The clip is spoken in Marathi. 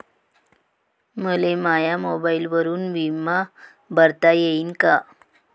मले माया मोबाईलवरून बिमा भरता येईन का?